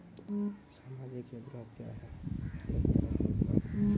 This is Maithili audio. समाजिक योजना क्या हैं?